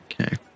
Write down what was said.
Okay